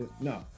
No